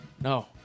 No